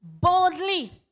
boldly